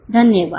धन्यवाद